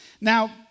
Now